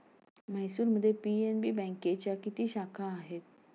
म्हैसूरमध्ये पी.एन.बी बँकेच्या किती शाखा आहेत?